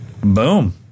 boom